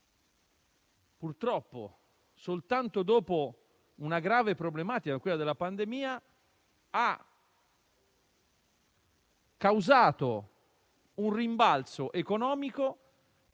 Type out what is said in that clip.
purtroppo soltanto dopo una grave problematica quale la pandemia, ha causato un rimbalzo economico